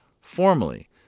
Formally